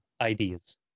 ideas